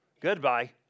Goodbye